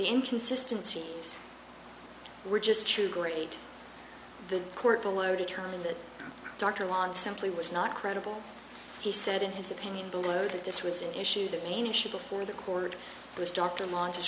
inconsistency were just too great the court below determined that dr long simply was not credible he said in his opinion below that this was an issue the main issue before the court was dr launches